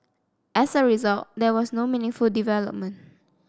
as a result there was no meaningful development